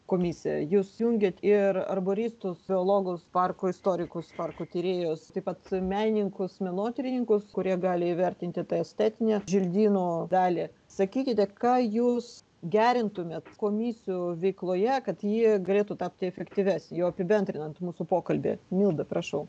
komisija jūs jungiat ir arboristus ekologus parko istorikus parkų tyrėjus taip pat menininkus menotyrininkus kurie gali įvertinti tą estetinę želdyno dalį sakykite ką jūs gerintumėt komisijų veikloje kad ji galėtų tapti efektyvias jo apibendrinant mūsų pokalbį milda prašau